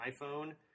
iPhone